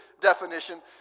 definition